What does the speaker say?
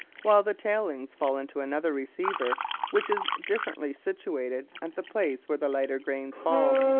while the tailings fall into another receiver which is differently situated at the place where the lighter grains fall.